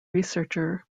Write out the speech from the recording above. researcher